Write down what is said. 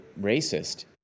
racist